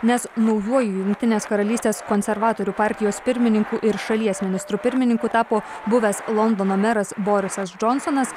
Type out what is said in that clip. nes naujuoju jungtinės karalystės konservatorių partijos pirmininku ir šalies ministru pirmininku tapo buvęs londono meras borisas džonsonas